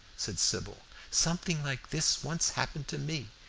said sybil. something like this once happened to me,